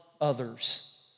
others